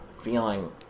feeling